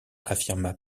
affirma